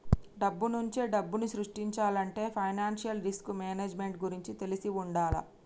డబ్బునుంచే డబ్బుని సృష్టించాలంటే ఫైనాన్షియల్ రిస్క్ మేనేజ్మెంట్ గురించి తెలిసి వుండాల